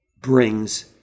brings